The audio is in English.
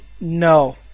No